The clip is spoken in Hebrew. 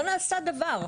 לא נעשה דבר.